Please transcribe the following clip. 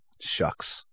Shucks